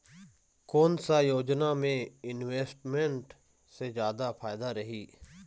कोन सा योजना मे इन्वेस्टमेंट से जादा फायदा रही?